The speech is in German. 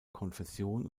konfession